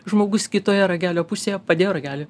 žmogus kitoje ragelio pusėje padėjo ragelį